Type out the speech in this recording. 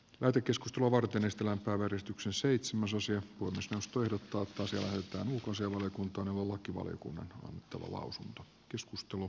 nato keskustelua varten istuvan porvaristyksen seitsemäsosa ja kulutusvastuita totosijoiltaan kun seurakunta on lakivaliokunnan tomua usan arvoisa puhemies